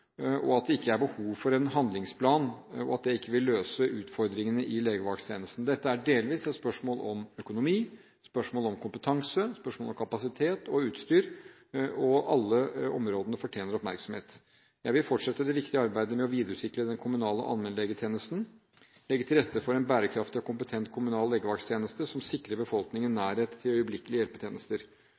og at det ikke er behov for en handlingsplan. Det vil ikke løse utfordringene i legevakttjenesten. Dette er delvis et spørsmål om økonomi, om kompetanse, om kapasitet og utstyr, og alle områdene fortjener oppmerksomhet. Jeg vil fortsette det viktige arbeidet med å videreutvikle den kommunale allmennlegetjenesten og legge til rette for en bærekraftig og kompetent kommunal legevakttjeneste som sikrer befolkningen nærhet til øyeblikkelig